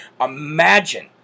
imagine